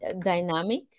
dynamic